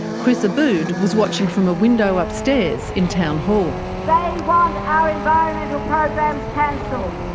chris abood was watching from a window upstairs in town hall. they want our environmental programs cancelled,